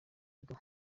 kigo